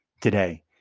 today